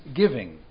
giving